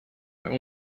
bei